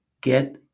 get